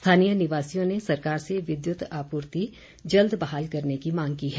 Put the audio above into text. स्थानीय निवासियों ने सरकार से विद्युत आपूर्ति जल्द बहाल करने की मांग की है